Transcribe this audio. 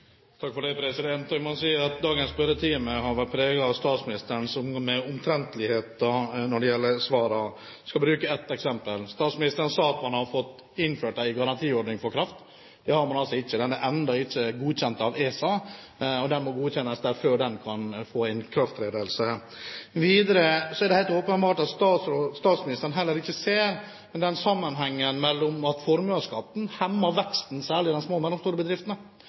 Jeg må si at dagens spørretime har vært preget av statsmininisterens omgang med omtrentligheter når det gjelder svarene. Jeg skal bruke ett eksempel: Statsministeren sa at man har fått innført en garantiordning for kraft. Det har man altså ikke. Den er endret, men ikke godkjent av ESA, og den må godkjennes der før ikrafttredelse. Videre er det helt åpenbart at statsministeren heller ikke ser den sammenhengen at formuesskatten hemmer veksten særlig for de små og mellomstore bedriftene.